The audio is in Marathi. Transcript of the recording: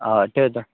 हां ठेवतो